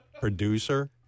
producer